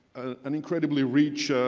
an incredibly rich